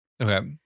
Okay